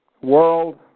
World